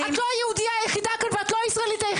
את לא היהודייה היחידה כאן